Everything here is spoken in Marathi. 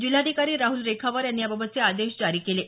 जिल्हाधिकारी राहुल रेखावर यांनी याबाबतचे आदेश जारी केले आहेत